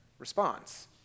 response